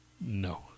no